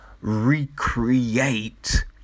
recreate